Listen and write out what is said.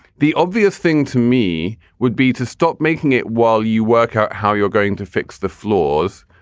the obvious thing to me would be to stop making it while you work out how you're going to fix the flaws.